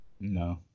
No